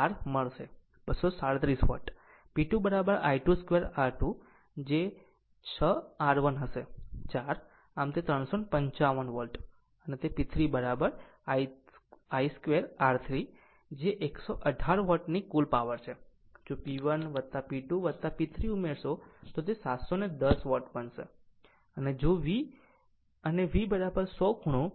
R મળશે 237 watt P 2 I 2 R2 છે તે 6 R1 છે 4 આમ તે 355 વોટ અને P 3 I 2 R3 તે 118 વોટની કુલ પાવર છે જો P 1 P 2 P 3 ઉમેરશો તો તે 710 વોટ બનશે અને જો V અને V 100 ખૂણો